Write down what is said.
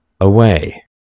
away